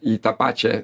į tą pačią